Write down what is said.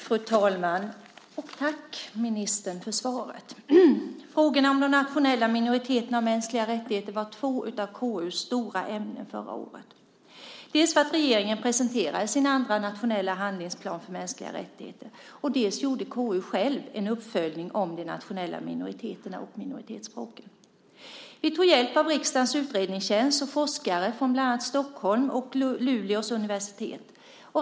Fru talman! Tack, ministern, för svaret. Frågan om de nationella minoriteterna och mänskliga rättigheter var en av KU:s stora frågor förra året. Dels presenterade regeringen sin andra nationella handlingsplan för mänskliga rättigheter, dels gjorde KU självt en uppföljning om de nationella minoriteterna och minoritetsspråken. Man tog hjälp av riksdagens utredningstjänst och forskare från bland annat Stockholms och Luleås universitet.